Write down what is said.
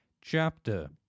chapter